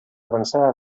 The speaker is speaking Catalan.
avançada